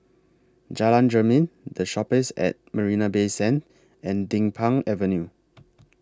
Jalan Jermin The Shoppes At Marina Bay Sands and Din Pang Avenue